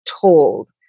told